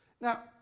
Now